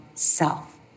self